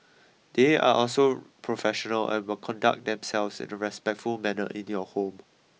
they are also professional and will conduct themselves in a respectful manner in your home